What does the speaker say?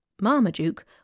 Marmaduke